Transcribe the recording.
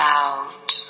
out